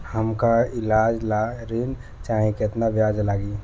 हमका ईलाज ला ऋण चाही केतना ब्याज लागी?